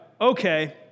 okay